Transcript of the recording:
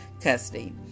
custody